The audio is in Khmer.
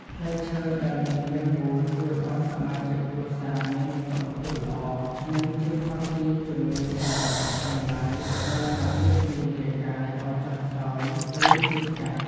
ផ្លែឈើដែលមានរាងមូលជួយឱ្យសមាជិកគ្រួសារមានសុខភាពល្អ និង ជៀសផុតពីជំងឺដង្កាត់ទាំងឡាយដែលមកបៀតបៀនរាងកាយឱ្យចុះខ្សោយឬឈឺថ្កាត់។